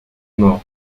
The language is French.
mort